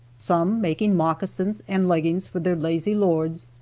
some making moccasins and leggings for their lazy lords,